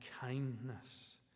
kindness